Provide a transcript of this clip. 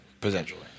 Potentially